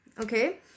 Okay